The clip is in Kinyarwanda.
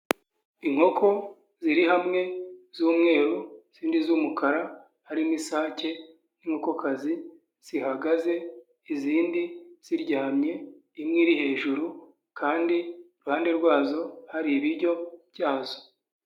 Inkoko ziri hamwe z'umweru, izindi z'umukara harimo isake n'inkokokazi zihagaze, izindi ziryamye, imwe iri hejuru kandi iruhande rwazo hari ibiryo byazo.